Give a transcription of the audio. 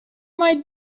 might